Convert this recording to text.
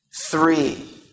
three